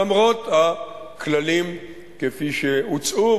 למרות הכללים כפי שהוצעו,